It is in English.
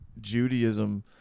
Judaism